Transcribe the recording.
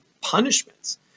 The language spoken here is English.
punishments